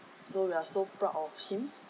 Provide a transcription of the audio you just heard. so we are so proud of him